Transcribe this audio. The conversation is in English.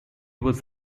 was